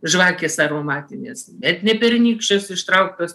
žvakės aromatinės net ne pernykščios ištrauktos